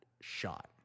shot